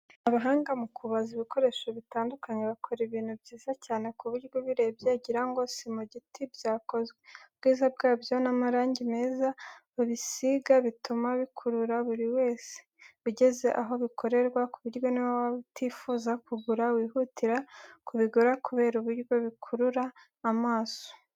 Abahanga mu kubaza ibikoresho bitandukanye, bakora ibintu byiza cyane ku buryo ubirebye ugira ngo si mu giti byakozwe. Ubwiza bwabyo n’amarangi meza babisiga bituma bikurura buri wese ugeze aho bikorerwa, ku buryo n’iyo waba utifuza kugura, wihutira kubigura kubera uburyo bikurura amaso.